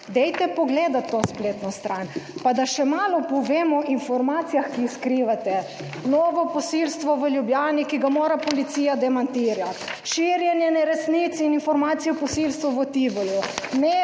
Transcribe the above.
dajte pogledati to spletno stran! Pa da še malo povem o informacijah, ki jih skrivate: "Novo posilstvo v Ljubljani, ki ga mora policija demantirati." - širjenje neresnic in informacij o posilstvu v Tivoliju.